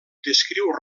descriu